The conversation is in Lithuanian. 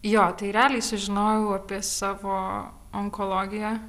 jo tai realiai sužinojau apie savo onkologiją